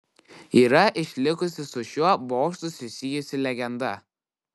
yra išlikusi su šiuo bokštu susijusi legenda